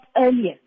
earlier